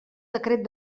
decret